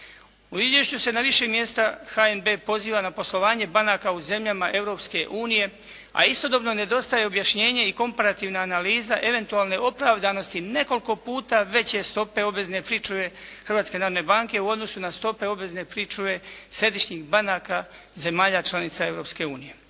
U izvješću se na više mjesta HNB poziva na poslovanje banaka u zemljama Europske unije a istodobno nedostaje objašnjenje i komparativna analiza eventualne opravdanosti nekoliko puta veće stope obvezne pričuve Hrvatske narodne banke u odnosu na stope obvezne pričuve središnjih banaka zemalja članica